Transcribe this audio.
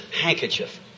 handkerchief